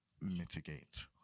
mitigate